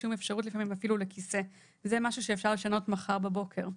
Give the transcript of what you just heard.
ולפעמים אפילו ללא כל אפשרות לכיסא וזה משהו שאפשר לשנות מחר בבוקר.